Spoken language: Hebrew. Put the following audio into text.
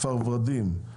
כפר ורדים.